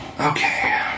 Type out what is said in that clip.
Okay